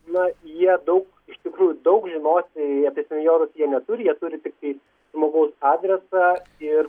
na jie daug iš tikrųjų daug žinoti apie senjorus jie neturi jie turi tiktai žmogaus adresą ir